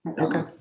Okay